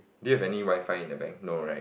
do you have any Wi-Fi in the bank no right